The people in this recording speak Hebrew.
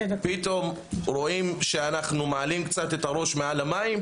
פתאום רואים שאנחנו מרימים קצת את הראש מעל המים,